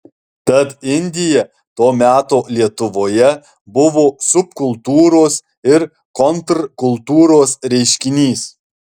tad indija to meto lietuvoje buvo subkultūros ir kontrkultūros reiškinys